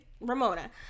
Ramona